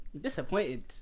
disappointed